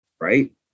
Right